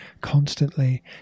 constantly